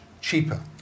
cheaper